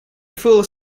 full